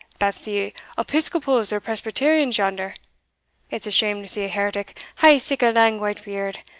that's the episcopals or presbyterians yonder it's a shame to see a heretic hae sic a lang white beard,